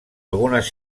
algunes